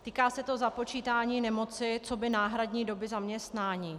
Týká se to započítání nemoci coby náhradní doby zaměstnání.